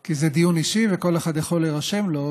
כי זה דיון אישי וכל אחד יכול להירשם לו,